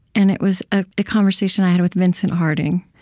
and it was a conversation i had with vincent harding.